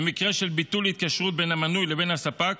במקרה של ביטול ההתקשרות בין המנוי לבין הספק,